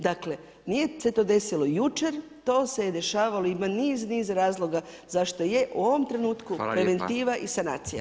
Dakle nije se to desilo jučer, to se dešavalo, ima niz, niz razloga zašto je, u ovom trenutku preventiva i sanacija.